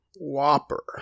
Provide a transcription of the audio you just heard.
Whopper